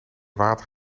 water